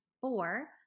four